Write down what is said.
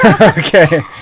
Okay